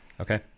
Okay